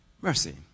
mercy